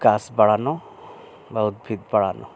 গাছ বাড়ানো বা উদ্ভিদ বাড়ানো